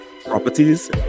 Properties